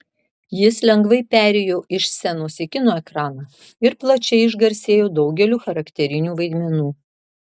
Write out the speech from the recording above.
jis lengvai perėjo iš scenos į kino ekraną ir plačiai išgarsėjo daugeliu charakterinių vaidmenų